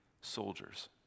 soldiers